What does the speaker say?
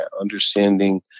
understanding